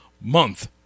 month